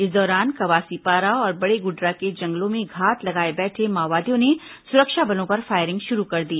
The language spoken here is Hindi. इस दौरान कवासीपारा और बड़े गुडरा के जंगलों में घात लगाए बैठे माओवादियों ने सुरक्षा बलों पर फायरिंग शुरू कर दी